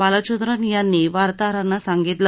बालचंद्रन यांनी वार्ताहरांना सांगितलं